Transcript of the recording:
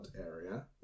area